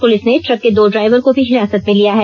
police ने truck के दो ड्राइवर को भी हिरासत में लिया है